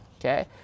okay